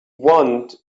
want